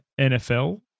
NFL